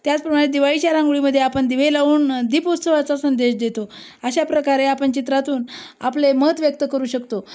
त्याचप्रमाणे दिवाळीच्या रांंगोळीमध्ये आपण दिवे लावून दीपोत्सवाचा संदेश देतो अशाप्रकारे आपण चित्रातून आपले मत व्यक्त करू शकतो